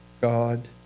God